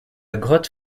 grotte